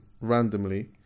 randomly